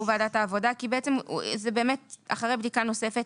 ועדת העבודה כי בעצם זה באמת אחרי בדיקה נוספת